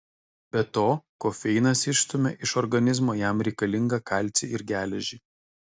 be to kofeinas išstumia iš organizmo jam reikalingą kalcį ir geležį